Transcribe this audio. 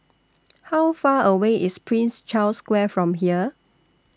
How Far away IS Prince Charles Square from here